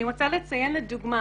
אני רוצה לציין לדוגמה